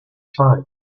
time